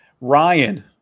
Ryan